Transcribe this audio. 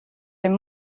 dem